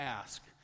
ask